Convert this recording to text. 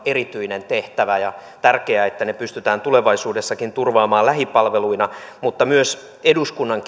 erityinen tehtävä ja on tärkeää että ne pystytään tulevaisuudessakin turvaamaan lähipalveluina mutta eduskunnan